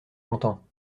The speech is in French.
content